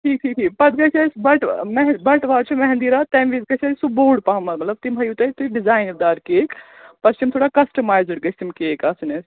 ٹھیٖک ٹھیٖک ٹھیٖک پَتہٕ گژھِ اَسہِ بَٹہٕ مَہن بَٹوار چھِ مہنٛدی رات تَمہِ وِز گژھِ اَسہِ سُہ بوٚڑ پَہَم مطلب تِم ہٲیِو اَسہِ تُہۍ ڈِزاینہٕ دار کیک پتہٕ چھِ تِم تھوڑا کَسٹٕمایزٕڈ گٔژھۍ تِم کیک آسٕنۍ اَسہِ